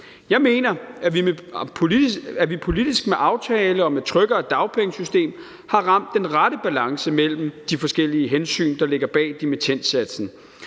Jeg mener, at vi politisk med aftalen om et tryggere dagpengesystem har ramt den rette balance mellem de forskellige hensyn, der ligger bag dimittendsatsen.